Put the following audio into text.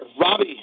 Robbie